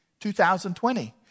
2020